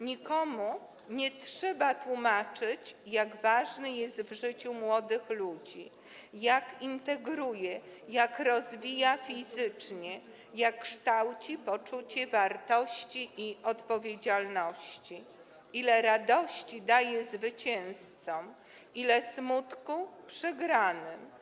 Nikomu nie trzeba tłumaczyć, jak ważny jest w życiu młodych ludzi, jak integruje, jak rozwija fizycznie, jak kształci poczucie wartości i odpowiedzialności, ile radości daje zwycięzcom, ile smutku - przegranym.